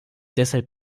deshalb